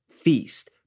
feast